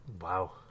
Wow